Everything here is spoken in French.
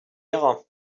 ira